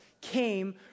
came